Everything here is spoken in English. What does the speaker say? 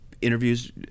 Interviews